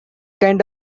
kind